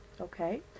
okay